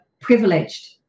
privileged